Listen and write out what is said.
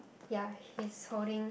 ya he is holding